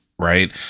right